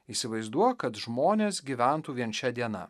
įsivaizduok kad žmonės gyventų vien šia diena